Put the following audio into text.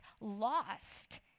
lost